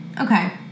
Okay